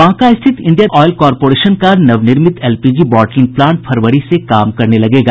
बांका स्थित Indian Oil Corporation का नवनिर्मित एलपीजी बॉटलिंग प्लांट फरवरी से काम करने लगेगा